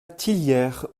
tillières